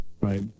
right